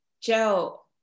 Joe